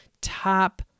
top